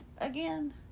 again